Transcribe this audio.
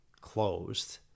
closed